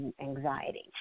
anxiety